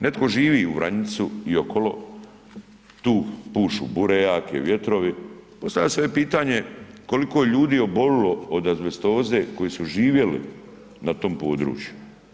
Netko živi u Vranjicu i okolo, tu pušu bure jake, vjetrovi, postavlja se pitanje koliko je ljudi obolilo od azbestoze koji su živjeli na tom području?